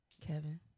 kevin